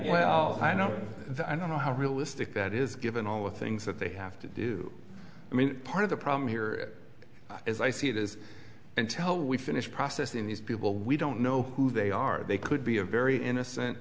that i don't know how realistic that is given all the things that they have to do i mean part of the problem here as i see it is and tell we finish processing these people we don't know who they are they could be a very innocent